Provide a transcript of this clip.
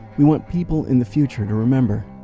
we want people in the future to remember.